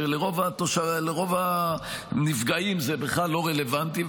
כשלרוב הנפגעים זה בכלל לא רלוונטי.